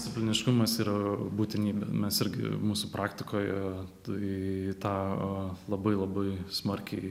discipliniškumas yra būtinybė mes irgi mūsų praktikoje tai tą labai labai smarkiai